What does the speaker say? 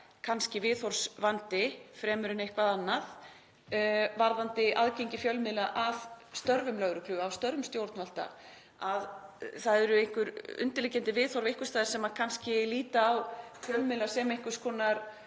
kannski líka viðhorfsvandi fremur en eitthvað annað, varðandi aðgengi fjölmiðla að störfum lögreglu, að störfum stjórnvalda. Það eru einhver undirliggjandi viðhorf einhvers staðar sem kannski líta á fjölmiðla og starf